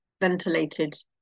ventilated